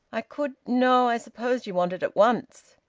i could no, i suppose you want it at once?